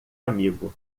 amigo